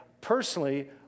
personally